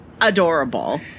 adorable